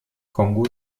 kongo